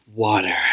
water